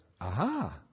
aha